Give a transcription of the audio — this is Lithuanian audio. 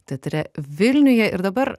teatre vilniuje ir dabar